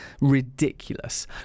ridiculous